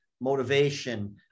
motivation